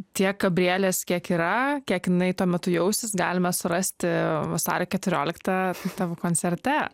tiek gabrielės kiek yra kiek jinai tuo metu jausis galime surasti vasario keturioliktą tavo koncerte